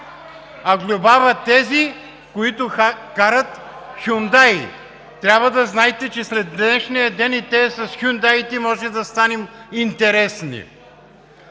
а глобява тези, които карат хюндаи! Трябва да знаете, че след днешния ден и тези с хюндаите можем да станем интересни!